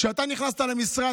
כשאתה נכנסת למשרד,